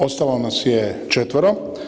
Ostalo nas je četvero.